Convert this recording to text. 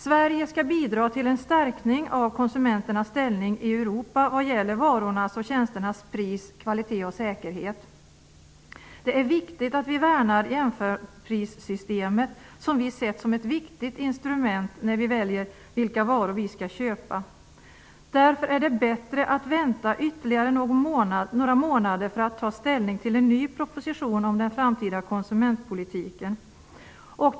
Sverige skall bidra till en stärkning av konsumenternas ställning i Europa vad gäller varornas och tjänsternas pris, kvalitet och säkerhet." Det är viktigt att vi värnar jämförprissystemet, som vi har sett som ett viktigt instrument när vi skall välja vilka varor vi skall köpa. Därför är det bättre att vänta ytterligare några månader för att kunna ta ställning till en ny proposition om den framtida konsumentpolitiken.